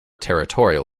territorial